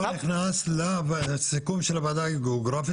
לא נכנס לסיכום של הוועדה הגיאוגרפית?